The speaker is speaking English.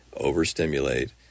overstimulate